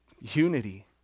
Unity